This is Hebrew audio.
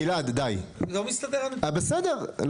גלעד, די.